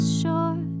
sure